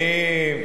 ככה אני שמעתי.